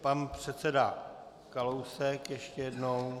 Pan předseda Kalousek ještě jednou.